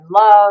love